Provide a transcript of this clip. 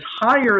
higher